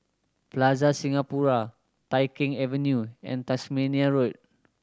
Plaza Singapura Tai Keng Avenue and Tasmania Road